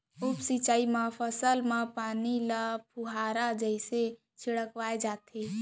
उप सिंचई म फसल म पानी ल फुहारा जइसे छिड़काव करे जाथे